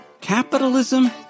Capitalism